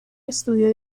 estudio